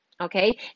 Okay